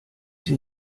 sie